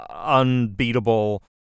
unbeatable